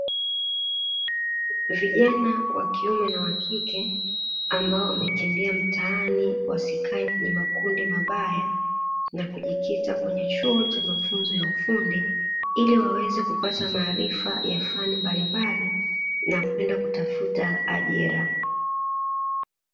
Vijana wa kiume na wakike ambao wamekimbia mitaani wasikae kwenye makundi mabaya , na kujikita kwenye chuo cha mafunzo ya ufundi, ili waweze kupata maarifa ya fani mbalimbali na kwenda kutafuta ajira.